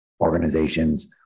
organizations